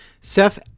Seth